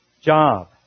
Job